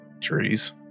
Trees